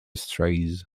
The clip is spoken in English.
strays